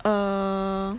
err